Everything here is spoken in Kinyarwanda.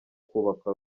kubaka